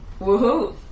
Woohoo